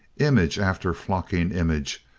image after flocking image,